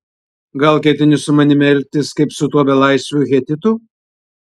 gal ketini su manimi elgtis kaip su tuo belaisviu hetitu